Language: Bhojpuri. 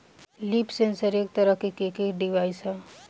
लीफ सेंसर एक तरह के के डिवाइस ह